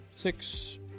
six